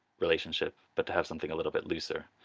relationship but to have something a little bit looser.